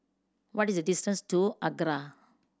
what is the distance to ACRA